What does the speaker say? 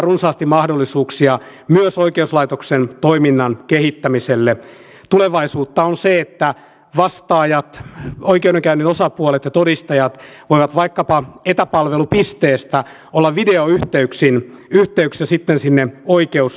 minusta ei voi ajatella niin että vain meillä olisi täällä vastuu siitä miten kunnat voivat ja miten kuntataloudessa kaiken kaikkiaan menee